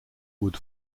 wood